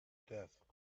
death